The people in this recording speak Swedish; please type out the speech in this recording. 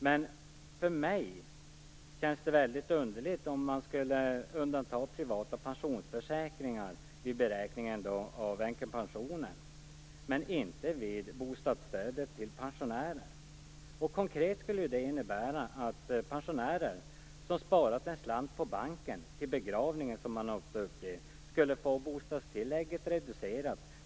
Men för mig känns det väldigt underligt om man skulle undanta privata pensionsförsäkringar vid beräkningen av änkepensionen men inte vid beräkningen av bostadsstödet till pensionärer. Det skulle konkret innebära att pensionärer som sparat en slant på banken - till begravningen, som de ofta uppger - skulle få bostadstillägget reducerat.